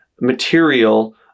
material